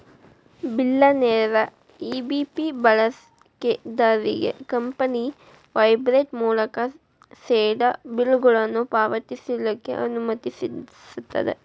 ಬಿಲ್ಲರ್ನೇರ EBP ಬಳಕೆದಾರ್ರಿಗೆ company website ಮೂಲಕಾ ಸೇದಾ ಬಿಲ್ಗಳನ್ನ ಪಾವತಿಸ್ಲಿಕ್ಕೆ ಅನುಮತಿಸ್ತದ